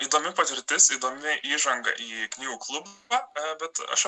įdomi patirtis įdomi įžanga į knygų klubą bet aš